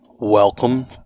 Welcome